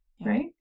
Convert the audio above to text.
right